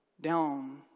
down